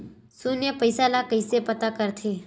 शून्य पईसा ला कइसे पता करथे?